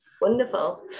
Wonderful